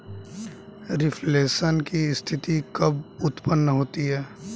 Reflation की स्थिति कब उत्पन्न होती है?